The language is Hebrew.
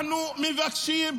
אנחנו מבקשים,